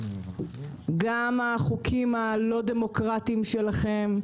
גם החוקים הלא דמוקרטיים שלכם,